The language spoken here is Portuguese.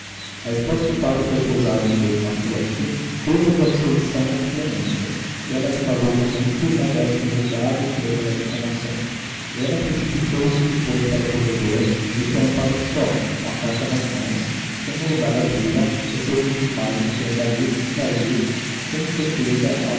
resposta do padre foi pousar-lhe um beijo na fronte beijo de absolvição ou de demência que ela lhe pagou com muitos na destra enrugada e trêmula de comoção helena precipitou-se depois para o corredor deixando o padre só com a carta nas mãos sem ousar abri-la receoso dos males que iam dali sair sem certeza